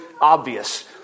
obvious